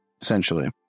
essentially